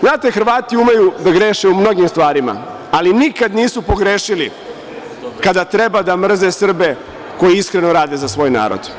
Znate, Hrvati umeju da greše u mnogim stvarima, ali nikad nisu pogrešili kada treba da mrze Srbe koji iskreno rade za svoj narod.